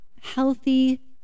healthy